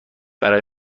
برای